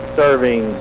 serving